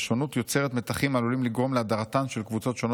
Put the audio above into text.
השונות יוצרת מתחים העלולים לגרום להדרתן של קבוצות שונות